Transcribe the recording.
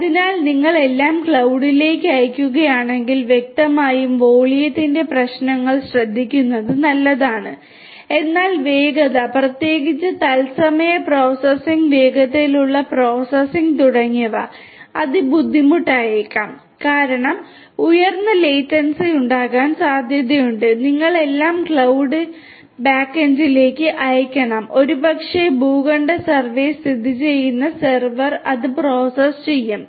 അതിനാൽ നിങ്ങൾ എല്ലാം ക്ലൌഡിലേക്ക് അയയ്ക്കുകയാണെങ്കിൽ വ്യക്തമായും വോളിയത്തിന്റെ പ്രശ്നങ്ങൾ ശ്രദ്ധിക്കുന്നത് നല്ലതാണ് എന്നാൽ വേഗത പ്രത്യേകിച്ച് തത്സമയ പ്രോസസ്സിംഗ് വേഗത്തിലുള്ള പ്രോസസ്സിംഗ് തുടങ്ങിയവ അത് ബുദ്ധിമുട്ടായേക്കാം കാരണം ഉയർന്ന ലേറ്റൻസി ഉണ്ടാകാൻ സാധ്യതയുണ്ട് നിങ്ങൾക്ക് എല്ലാം ക്ലൌഡ് ബാക്കെൻഡിലേക്ക് അയയ്ക്കണം ഒരുപക്ഷേ ഭൂഖണ്ഡ സർവേ സ്ഥിതിചെയ്യുന്ന സെർവർ അത് പ്രോസസ്സ് ചെയ്യും